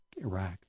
Iraq